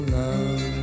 love